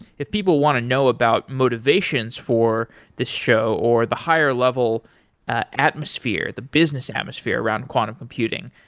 if people want to know about motivations for this show or the higher level ah atmosphere, the business atmosphere around quantum computing,